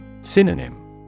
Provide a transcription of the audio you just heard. Synonym